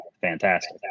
Fantastic